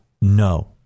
no